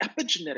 epigenetic